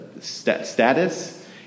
status